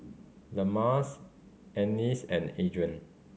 Lemma's Ennis and Adrien